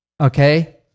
okay